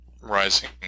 rising